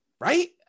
right